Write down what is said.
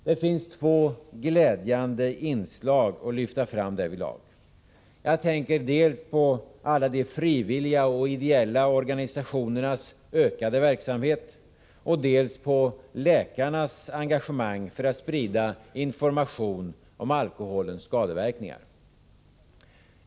Det finns två glädjande inslag att lyfta fram därvidlag. Jag tänker dels på de frivilliga och ideella organisationernas ökade verksamhet, dels på läkarnas ökade engagemang för att sprida information om alkoholens skadeverkningar.